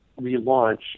relaunch